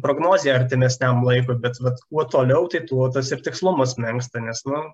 prognozė artimesniam laikui bet vat kuo toliau tai tuo tas ir tikslumas menksta nes nu